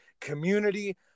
community